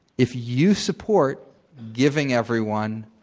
if you support giving everyone,